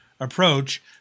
approach